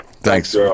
Thanks